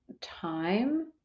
time